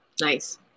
Nice